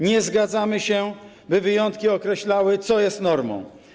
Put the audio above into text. Nie zgadzamy się, by wyjątki określały, co jest normą.